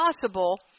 possible